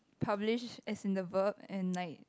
publish as in the verb and like